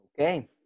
Okay